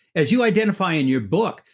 as you identify in your book,